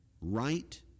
right